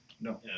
No